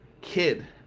Kid